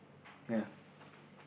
ya